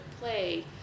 play